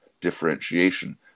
differentiation